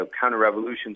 counter-revolution